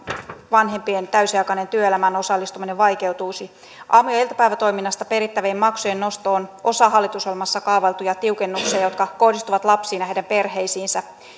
vanhempien täysiaikainen työelämään osallistuminen vaikeutuisi aamu ja iltapäivätoiminnasta perittävien maksujen nosto on osa hallitusohjelmassa kaavailtuja tiukennuksia jotka kohdistuvat lapsiin ja heidän perheisiinsä